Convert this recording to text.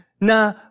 na